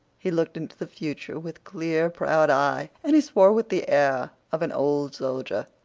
he looked into the future with clear proud eye, and he swore with the air of an old soldier.